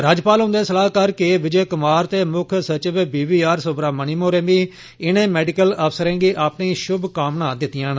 राज्यपाल हुन्दे सलाहकार के विजय कुमार ते मुक्ख सचिव वी बी आर सुब्रामणियम होरें बी इनें मैडिकल अफसरें गी अपनी षुम कामनां दित्तिया न